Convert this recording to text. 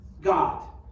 God